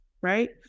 right